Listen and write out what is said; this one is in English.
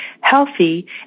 healthy